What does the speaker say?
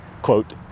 quote